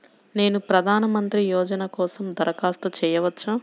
నేను ప్రధాన మంత్రి యోజన కోసం దరఖాస్తు చేయవచ్చా?